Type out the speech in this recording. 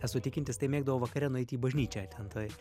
esu tikintis tai mėgdavau vakare nueiti į bažnyčią ten tai